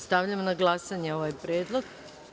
Stavljam na glasanje ovaj predlog.